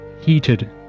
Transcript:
heated